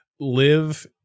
live